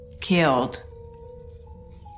killed